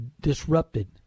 disrupted